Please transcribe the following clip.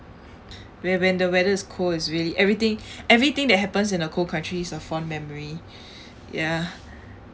where when the weather is cold it's really everything everything that happens in the cold country is a fond memory ya